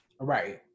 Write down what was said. right